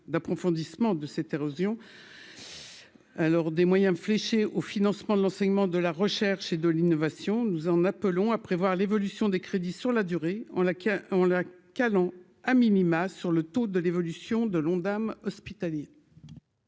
d'approfondissement de cette érosion alors des moyens fléché au financement de l'enseignement, de la recherche et de l'innovation, nous en appelons à prévoir l'évolution des crédits sur la durée en on la calant a minima sur le taux de l'évolution de l'Ondam hospitalier.